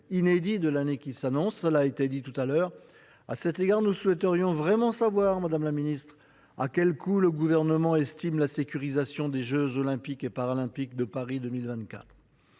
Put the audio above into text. inédit de l’année qui s’annonce ; cela a été relevé. À cet égard, nous souhaiterions savoir, madame la ministre, à quel coût le Gouvernement estime la sécurisation des jeux Olympiques et Paralympiques de Paris 2024.